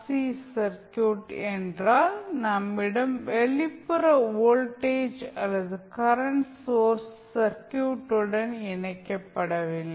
C circuit என்றால் நம்மிடம் வெளிப்புற வோல்டேஜ் அல்லது கரண்ட் சோர்ஸ் சர்க்யூட்டுடன் இணைக்கப்படவில்லை